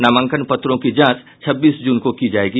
नामांकन पत्रों की जांच छब्बीस जून को की जायेगी